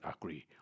agree